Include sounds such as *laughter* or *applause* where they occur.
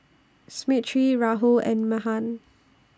*unintelligible* Rahul and Mahan